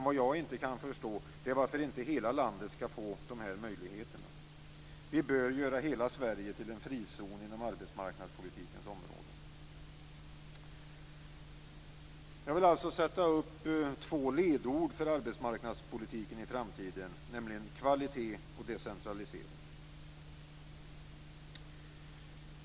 Vad jag inte kan förstå är varför inte hela landet skall få dessa möjligheter. Vi bör göra hela Sverige till en frizon inom arbetsmarknadspolitikens område. Jag vill alltså sätta upp två ledord för den framtida arbetsmarknadspolitiken, nämligen kvalitet och decentralisering.